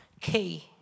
key